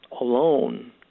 alone